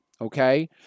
Okay